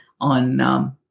on